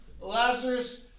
Lazarus